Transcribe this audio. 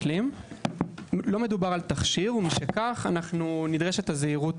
לא מדובר על תכשיר, ומשכך נדרשת הזהירות